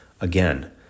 Again